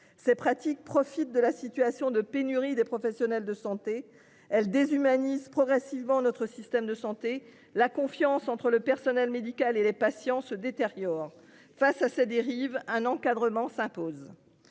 Ces pratiques profite de la situation de pénurie des professionnels de santé elle déshumanise progressivement notre système de santé. La confiance entre le personnel médical et les patients se détériore. Face à ces dérives un encadrement s'impose.